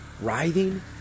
writhing